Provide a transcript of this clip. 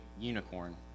unicorn